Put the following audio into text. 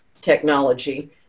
technology